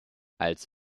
als